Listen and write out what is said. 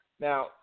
Now